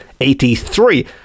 83